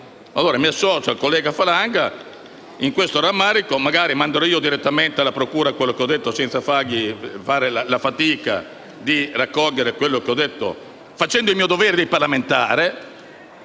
Mi associo al collega Falanga in questo rammarico. Magari manderò io direttamente alla procura quanto ho detto senza fargli fare la fatica di raccogliere quanto detto facendo il mio dovere di parlamentare,